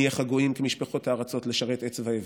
נהיה כגוים כמשפחות הארצות לשרת עץ ואבן".